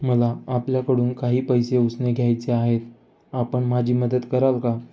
मला आपल्याकडून काही पैसे उसने घ्यायचे आहेत, आपण माझी मदत कराल का?